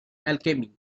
alchemy